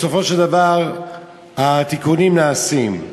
בסופו של דבר התיקונים נעשים.